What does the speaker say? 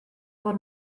bod